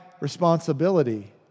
responsibility